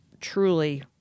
truly